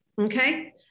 okay